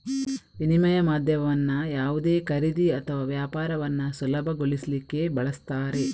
ವಿನಿಮಯ ಮಾಧ್ಯಮವನ್ನ ಯಾವುದೇ ಖರೀದಿ ಅಥವಾ ವ್ಯಾಪಾರವನ್ನ ಸುಲಭಗೊಳಿಸ್ಲಿಕ್ಕೆ ಬಳಸ್ತಾರೆ